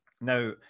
Now